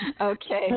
Okay